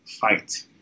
fight